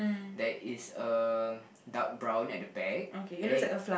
there is a dark brown at the back and then it